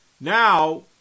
now